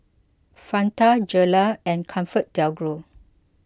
Fanta Gelare and ComfortDelGro